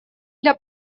для